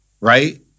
right